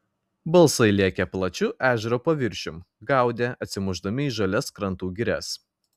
balsai lėkė plačiu ežero paviršium gaudė atsimušdami į žalias krantų girias